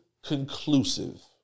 conclusive